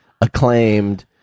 acclaimed